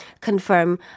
confirm